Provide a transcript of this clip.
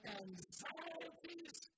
anxieties